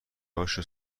هاشو